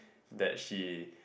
that she